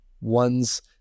one's